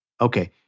Okay